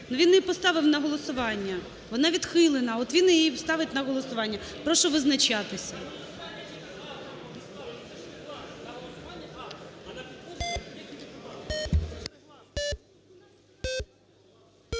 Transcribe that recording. Він і поставив на голосування, вона відхилена. От він ставить її на голосування. Прошу визначатись.